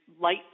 light